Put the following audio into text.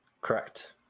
Correct